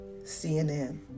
CNN